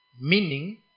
meaning